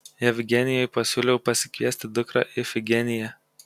jevgenijui pasiūliau pasikviesti dukrą ifigeniją